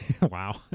Wow